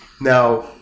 now